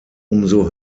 umso